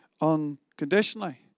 unconditionally